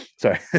sorry